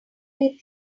theory